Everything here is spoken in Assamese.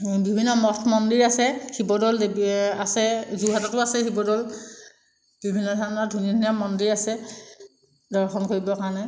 বিভিন্ন মঠ মন্দিৰ আছে শিৱদৌল আছে যোৰহাটতো আছে শিৱদৌল বিভিন্ন ধৰণৰ ধুনীয়া ধুনীয়া মন্দিৰ আছে দৰ্শন কৰিবৰ কাৰণে